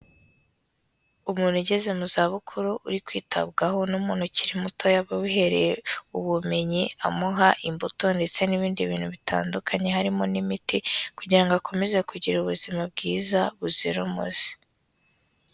Umuntu ugeze mu zabukuru uri kwitabwaho n'umuntu ukiri mutoya babihereye ubumenyi amuha imbuto ndetse n'ibindi bintu bitandukanye, harimo n'imiti kugira ngo akomeze kugira ubuzima bwiza buzira umuze.